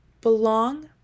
Belong